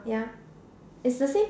ya is the same